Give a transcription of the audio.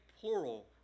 plural